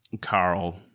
Carl